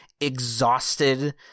exhausted